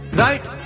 right।